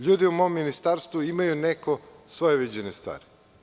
Ljudi u mom ministarstvu imaju neko svoje viđenje stvari.